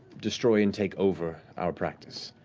destroy and take over our practice.